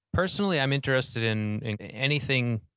personally, i'm interested in in anything